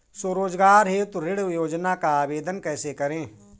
स्वरोजगार हेतु ऋण योजना का आवेदन कैसे करें?